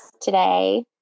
today